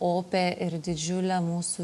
opią ir didžiulę mūsų